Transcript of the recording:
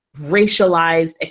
racialized